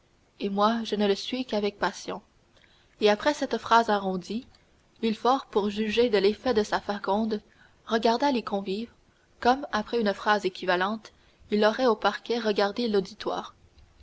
et moi je ne le suis qu'avec passion et après cette phrase arrondie villefort pour juger de l'effet de sa faconde regarda les convives comme après une phrase équivalente il aurait au parquet regardé l'auditoire